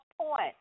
point